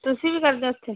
ਤੁਸੀਂ ਕੀ ਕਰਦੇ ਹੋ ਉੱਥੇ